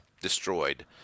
destroyed